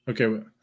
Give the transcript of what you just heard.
Okay